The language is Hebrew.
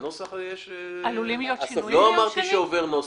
לא אמרתי שעובר נוסח.